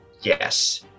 Yes